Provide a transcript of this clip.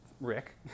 Rick